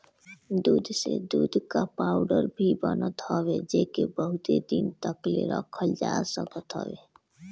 दूध से दूध कअ पाउडर भी बनत हवे जेके बहुते दिन तकले रखल जा सकत हवे